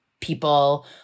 people